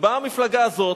ובאה המפלגה הזאת,